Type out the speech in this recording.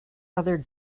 other